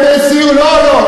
מחוסר, לא, לא.